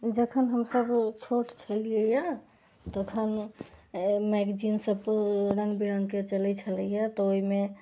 जखन हमसब छोट छलियै तखन मैगजीन सब रङ्ग विरङ्गके चलैत छलैया तऽ ओहिमे